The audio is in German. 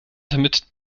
damit